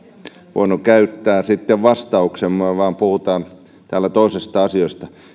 voinut käyttää sitten vastauksen me vaan puhumme täällä toisista asioista